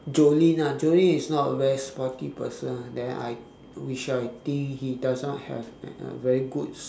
jolin ah jolin is not a very sporty person ah then I which I think he does not have a a very good